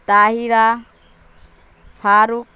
Tahira Farooq